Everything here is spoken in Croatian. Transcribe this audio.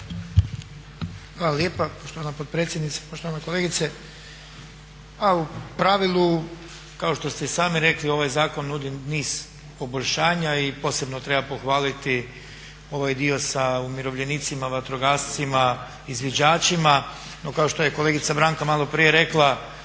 Hvala lijepa poštovana potpredsjednice, poštovana kolegice. U pravilu kao što ste i sami rekli ovaj zakon nudi niz poboljšanja i posebno treba pohvaliti ovaj dio sa umirovljenicima, vatrogascima, izviđačima. No, kao što je kolegica Branka malo prije rekla